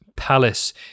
palace